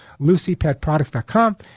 LucyPetProducts.com